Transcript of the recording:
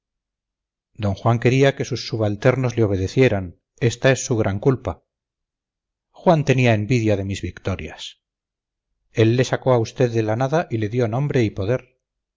d juan quería que sus subalternos le obedecieran esta es su gran culpa juan tenía envidia de mis victorias él le sacó a usted de la nada y le dio nombre y poder